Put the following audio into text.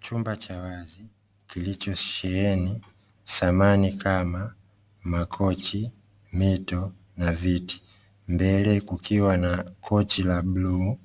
Chumba cha wazi kilichosheheni samani kama makochi, mito na viti mbele kukiwa na kochi la bluu,